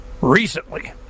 recently